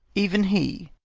even he,